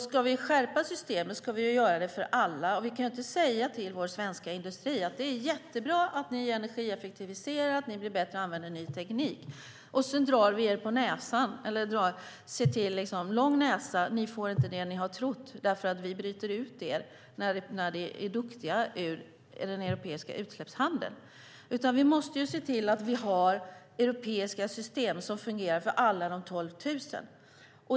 Ska vi skärpa systemet ska vi göra det för alla, och vi kan inte säga till vår svenska industri att det är jättebra att de har energieffektiviserat och att de blir bättre och använder ny teknik och sedan säga: Lång näsa! Ni får inte det ni har trott, för vi bryter ut er ur den europeiska utsläppshandeln när ni är duktiga. Vi måste i stället se till att vi har europeiska system som fungerar för alla 12 000.